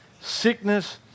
sickness